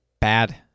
bad